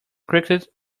cricket